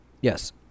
Yes